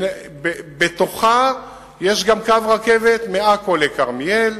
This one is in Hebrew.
שבתוכה יש גם קו רכבת מעכו לכרמיאל,